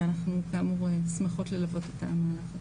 ואנחנו כאמור שמחות ללוות את העניין.